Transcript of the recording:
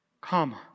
Come